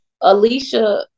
alicia